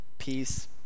peace